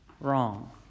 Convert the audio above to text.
wrong